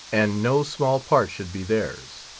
and no small part should be theirs.